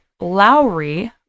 lowry